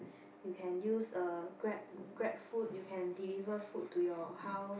you can use a Grab Grab Food you can deliver food to your house